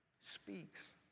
speaks